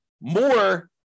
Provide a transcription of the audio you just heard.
more